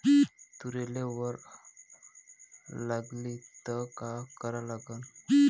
तुरीले वल लागली त का करा लागन?